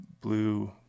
blue